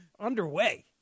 underway